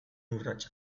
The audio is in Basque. urratsa